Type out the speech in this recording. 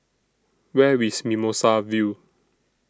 Where IS Mimosa View